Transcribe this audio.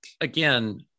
again